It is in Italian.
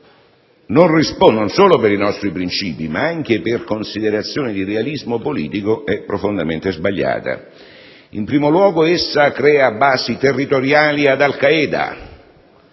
guerra, non solo per i nostri princìpi, ma anche per considerazioni di realismo politico, è profondamente sbagliata. In primo luogo, essa crea basi territoriali ad Al Qaeda.